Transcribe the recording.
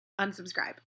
Unsubscribe